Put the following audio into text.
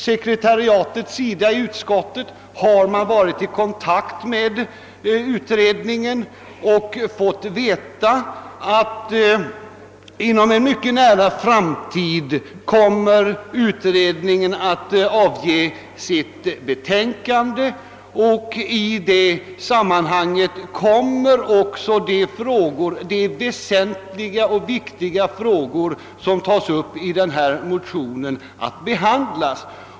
Sekretariatet inom utskottet har varit i kontakt med utredningen och fått veta att den inom en mycket nära framtid kommer att avge sitt betänkande. I det sammanhanget kommer också de väsentliga och viktiga frågor som tas upp i motionerna att behandlas.